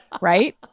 right